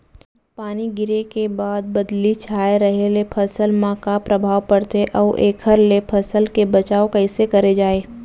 पानी गिरे के बाद बदली छाये रहे ले फसल मा का प्रभाव पड़थे अऊ एखर ले फसल के बचाव कइसे करे जाये?